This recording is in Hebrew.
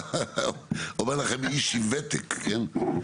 אומר לכם איש עם ותק, כן?